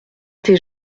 t’est